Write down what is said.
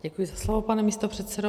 Děkuji za slovo, pane místopředsedo.